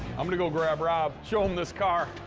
i'm gonna go grab rob, show him this car.